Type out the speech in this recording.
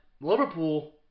Liverpool